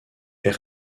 est